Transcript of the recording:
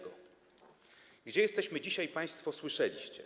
Gdzie jesteśmy dzisiaj, państwo słyszeliście.